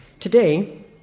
Today